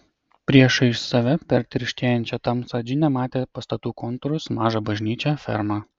priešais save per tirštėjančią tamsą džinė matė pastatų kontūrus mažą bažnyčią fermą